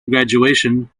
graduation